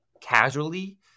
casually